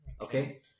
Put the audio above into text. okay